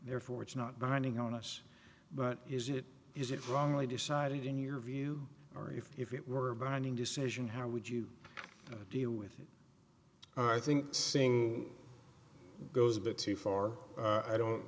therefore it's not binding on us but is it is it wrongly decided in your view or if it were a binding decision how would you deal with i think saying goes a bit too far i don't